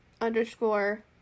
underscore